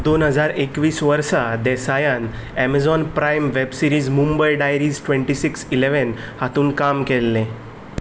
दोन हजार एकवीस वर्सा देसायान Amazon Prime web series Mumbai Diaries twenty six eleven हातूंत काम केलें